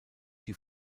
die